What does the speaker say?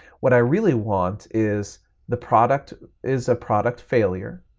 what i really want is the product is a product failure,